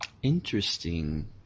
Interesting